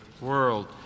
world